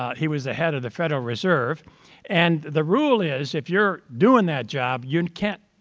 ah he was the head of the federal reserve and the rule is, if you're doing that job, you and can't